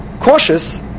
cautious